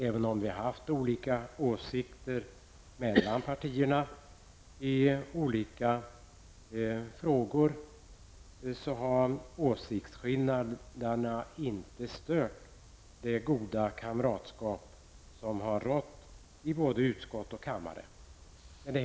Även om vi mellan partierna haft olika åsikter i olika frågor, har åsiktsskillnaderna inte stört det goda kamratskap som har rått i både utskott och kammare.